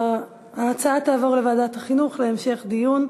ההצעה היא לעבור לוועדת החינוך להמשך דיון.